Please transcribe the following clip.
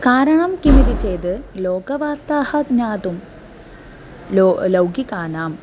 कारणं किमिति चेद् लोकवार्ताः ज्ञातुं लो लौकिकानाम्